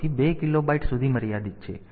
તેથી આ 2 કિલોબાઈટમાં મર્યાદિત છે